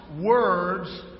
words